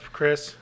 Chris